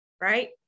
Right